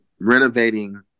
renovating